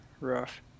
rough